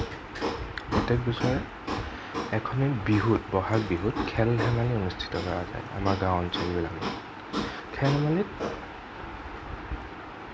প্ৰত্যেক বছৰে এখনি বিহুত বহাগ বিহুত খেল ধেমালি অনুষ্ঠিত কৰা যায় আমাৰ গাওঁ অঞ্চলত খেল ধেমালিত